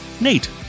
Nate